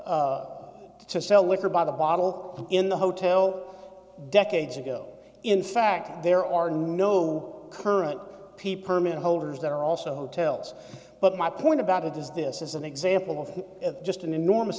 to sell liquor by the bottle in the hotel decades ago in fact there are no current p permit holders that are also hotels but my point about it is this is an example of just an enormous